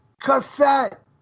Cassette